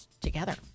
together